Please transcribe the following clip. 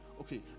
okay